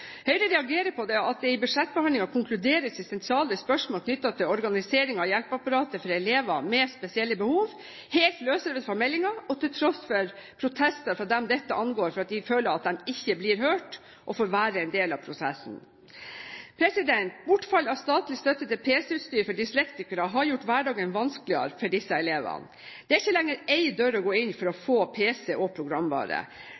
Høyre reagerer på at det i budsjettbehandlingen konkluderes i sentrale spørsmål knyttet til organisering av hjelpeapparatet for elever med spesielle behov, helt løsrevet fra meldingen og til tross for protester fra dem dette angår, fordi de føler at de ikke blir hørt og får være en del av prosessen. Bortfall av statlig støtte til PC-utstyr for dyslektikere har gjort hverdagen vanskeligere for disse elevene. Det er ikke lenger én dør å gå inn for å